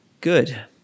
good